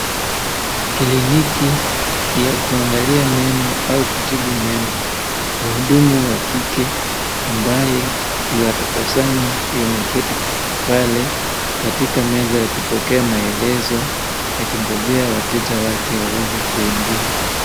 Kliniki ya kuangalia meno au kutibu meno. Mhudumu wa kike ambaye anatabasamu, ameketi pale katika meza ya kupokea maelezo akingojea wateja wake waweze kuingia.